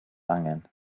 angen